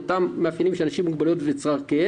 עם אותם מאפיינים של אנשים עם מוגבלויות וצרכיהם,